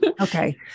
Okay